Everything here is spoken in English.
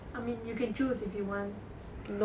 I mean you can choose if you want